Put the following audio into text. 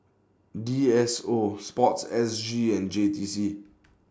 D S O Sports S G and J T C